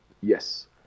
Yes